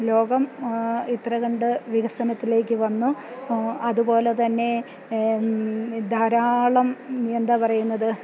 ലോകം ഇത്ര കണ്ട് വികസനത്തിലേക്ക് വന്നു അതുപോലെത്തന്നെ ധാരാളം എന്താ പറയുന്നത്